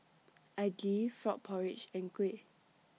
Idly Frog Porridge and Kuih